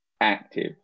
active